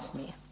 försyndelser.